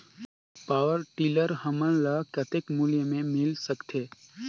Power tiller हमन ल कतेक मूल्य मे मिल सकथे?